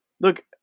Look